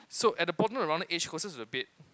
so at the bottom of the rounded edge closest to the bed